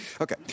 okay